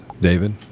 David